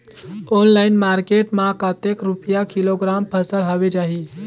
Online market मां कतेक रुपिया किलोग्राम फसल हवे जाही?